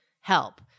help